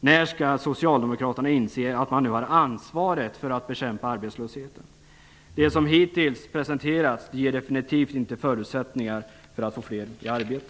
När skall Socialdemokraterna inse att man nu har ansvaret för att bekämpa arbetslösheten? Det som hittills presenterats ger definitivt inga förutsättningar för att få fler i arbete.